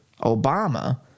Obama